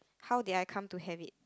how did I come to have it